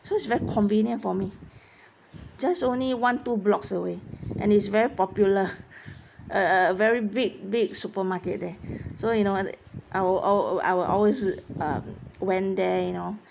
so it's very convenient for me just only one two blocks away and it's very popular err uh very big big supermarket there so you know err I will always I will always um went there you know